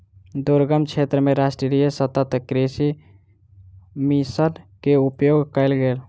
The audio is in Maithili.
दुर्गम क्षेत्र मे राष्ट्रीय सतत कृषि मिशन के उपयोग कयल गेल